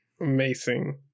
amazing